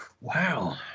Wow